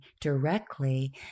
directly